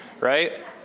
right